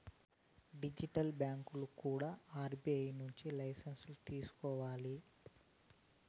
digital బ్యాంకులు కూడా RBI నుంచి లైసెన్సులు తీసుకోవాలి